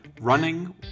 running